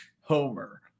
Homer